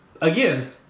Again